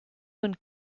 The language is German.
von